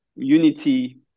Unity